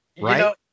right